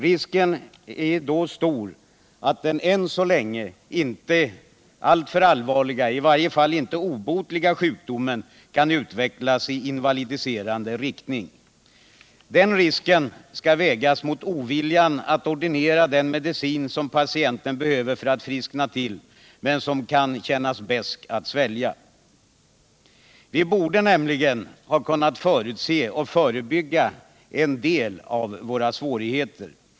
Då är risken stor att den visserligen allvarliga — men inte obotliga — sjukdomen kan utvecklas i invalidiserande riktning. Den risken skall vägas mot oviljan att ordinera den medicin som patienten behöver för att friskna till, men som kan kännas besk att svälja. Vi borde nämligen ha kunnat förutse och förebygga en del av våra svårigheter.